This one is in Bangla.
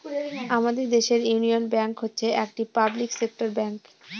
আমাদের দেশের ইউনিয়ন ব্যাঙ্ক হচ্ছে একটি পাবলিক সেক্টর ব্যাঙ্ক